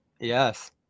Yes